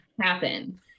happen